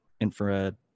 infrared